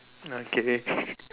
okay